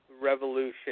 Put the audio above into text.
Revolution